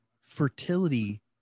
fertility